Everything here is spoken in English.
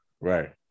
Right